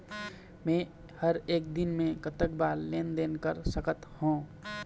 मे हर एक दिन मे कतक बार लेन देन कर सकत हों?